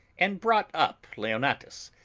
and brought up leon atus,